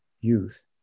youth